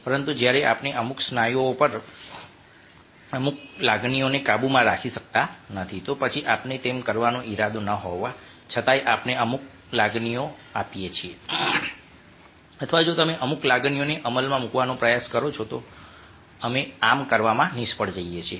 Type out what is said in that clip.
પરંતુ જ્યારે આપણે અમુક સ્નાયુઓ પર અમુક લાગણીઓને કાબૂમાં રાખી શકતા નથી તો પછી આપણો તેમ કરવાનો ઈરાદો ન હોવા છતાં આપણે અમુક લાગણીઓને આપીએ છીએ અથવા જો તમે અમુક લાગણીઓને અમલમાં મૂકવાનો પ્રયાસ કરો છો તો અમે આમ કરવામાં નિષ્ફળ જઈએ છીએ